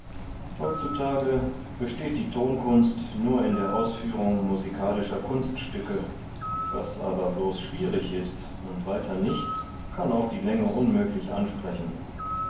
heutzutage besteht die tonkunst nur in der ausführung musikalischer kunststücke was aber bloß schwierig ist und weiter nichts kann auf die länge unmöglich ansprechen